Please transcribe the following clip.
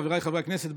חבריי חברי הכנסת,